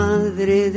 Madre